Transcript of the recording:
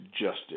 justice